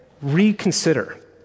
reconsider